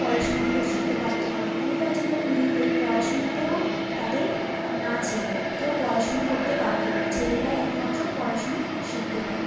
পড়াশুনো কো শিখতে পারত না আগেকার যুগের মেয়েদের পড়াশুনোতেও তাদের না ছিলো কেউ পড়াশুনো করতে পারতো না ছেলেরাই একমাত্র পড়াশুনো শিখতে পারতো